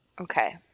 Okay